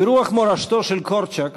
ברוח מורשתו של קורצ'אק,